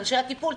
אנשי הטיפול,